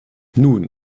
nun